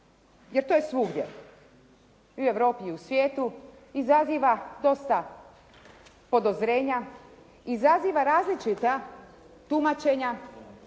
jer to je svugdje, i u Europi i u svijetu izaziva dosta podozrenja, izaziva različita tumačenja